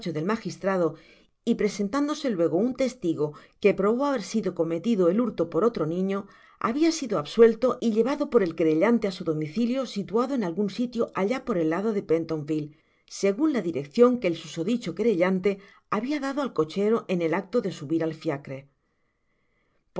del magistrado y presentándose luego un testigo que probó haber sido cometi lo el hurto por otro niño habia sido absuelto y llevado por el querellante á su domicilio situado en algun sitio allá por el lado de pentonille segun la direccion que el susodicho querellante habia dado al cochero en el acto de subir al iiacre poseida por el